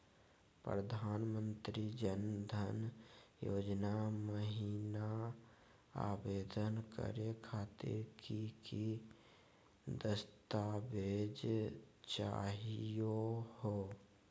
प्रधानमंत्री जन धन योजना महिना आवेदन करे खातीर कि कि दस्तावेज चाहीयो हो?